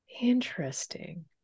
Interesting